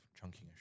chunking